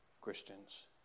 Christians